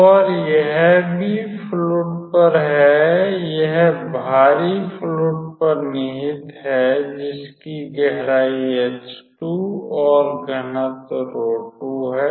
तो और यह भारी फ्लुइड पर है यह भारी फ्लुइड पर निहित है जिसकी गहराई h2 और घनत्व 𝝆2 है